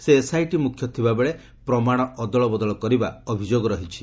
ସେ ଏସ୍ଆଇଟି ମୁଖ୍ୟ ଥିବାବେଳେ ପ୍ରମାଣ ଅଦଳ ବଦଳ କରିବା ଅଭିଯୋଗ ରହିଛି